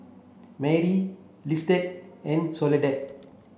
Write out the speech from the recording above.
Mari Lizette and Soledad